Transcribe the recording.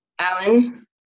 Alan